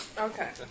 Okay